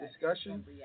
discussion